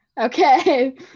Okay